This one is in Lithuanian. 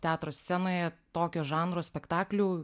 teatro scenoje tokio žanro spektaklių